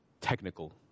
technical